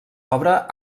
obra